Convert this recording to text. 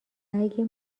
اگه